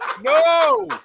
No